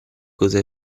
cosa